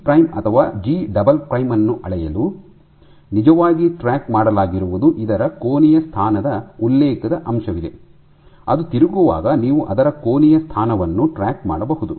G prime ಅಥವಾ G double prime ಅನ್ನು ಅಳೆಯಲು ನಿಜವಾಗಿ ಟ್ರ್ಯಾಕ್ ಮಾಡಲಾಗಿರುವುದು ಇದರ ಕೋನೀಯ ಸ್ಥಾನದ ಉಲ್ಲೇಖದ ಅಂಶವಿದೆ ಅದು ತಿರುಗುವಾಗ ನೀವು ಅದರ ಕೋನೀಯ ಸ್ಥಾನವನ್ನು ಟ್ರ್ಯಾಕ್ ಮಾಡಬಹುದು